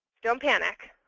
don't panic.